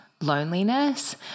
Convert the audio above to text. loneliness